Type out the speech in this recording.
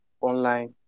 online